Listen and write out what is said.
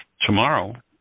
tomorrow